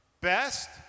Best